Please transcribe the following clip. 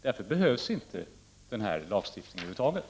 Därför behövs lagstiftningen över huvud taget inte.